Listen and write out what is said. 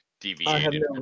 deviated